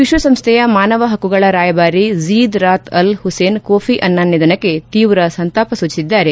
ವಿಶ್ವಸಂಸ್ಥೆಯ ಮಾನವ ಹಕ್ಕುಗಳ ರಾಯಭಾರಿ Zeid Raad Al Hussein Kofi Annan ನಿಧನಕ್ಕೆ ತೀವ್ರ ಸಂತಾಪ ಸೂಚಿಸಿದ್ದಾರೆ